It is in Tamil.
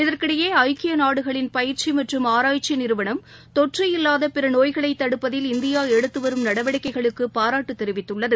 இதற்கிடையே ஐக்கிய நாடுகளின் பயிற்சி மற்றும் ஆராய்ச்சி நிறுவளம் தொற்று இல்லாத பிற நோய்களை தடுப்பதில் இந்தியா எடுத்து வரும் நடவடிக்கைகளுக்கு பாராட்டு தெரிவித்துள்ளது